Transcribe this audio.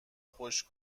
خوش